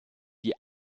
die